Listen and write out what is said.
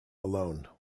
alone